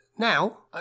Now